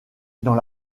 dans